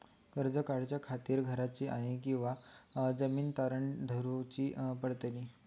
कर्ज काढच्या खातीर घराची किंवा जमीन तारण दवरूची पडतली?